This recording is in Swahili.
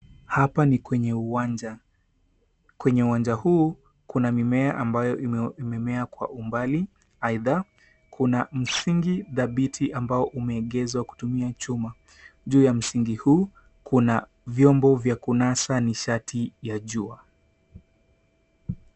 Hapa ni kwenye uwanja kwenye uwanja huu kuna mimea ambayo imemea kwa umbali aidha kuna msingi dhabiti ambao umeegezwa kwenye tumua ya chuma juu ya msingi huu kuna viombo vya kunasa nishati ya jua.